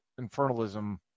infernalism